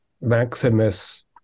Maximus